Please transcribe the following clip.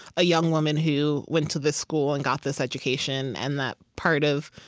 a young woman who went to this school and got this education, and that part of